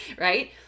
right